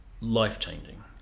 life-changing